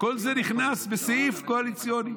כל זה נכנס בסעיף קואליציוני.